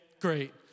great